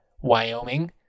Wyoming